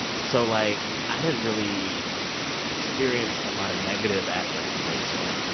so, like, i didn't really experience a lot of negative aspects of race till i, like, kind